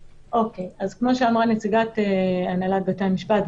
כמו שאמרה נציגת הנהלת בתי המשפט,